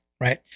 Right